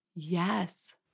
Yes